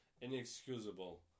inexcusable